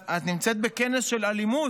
את נמצאת בכנס של אלימות,